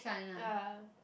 ya